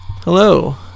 Hello